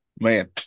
man